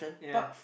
ya